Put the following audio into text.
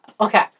Okay